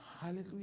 Hallelujah